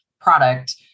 product